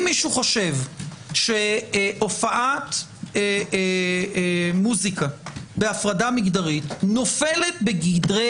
אם מישהו חושב שהופעת מוזיקה בהפרדה מגדרית נופלת בגדרי